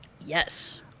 Yes